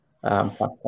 platform